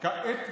כעת,